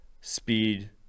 speed